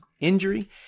injury